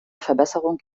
verbesserung